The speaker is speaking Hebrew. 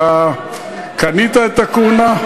אתה קנית את הכהונה?